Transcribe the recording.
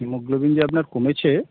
haemoglobin যে আপনার কমেছে